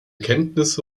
kenntnisse